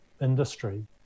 industry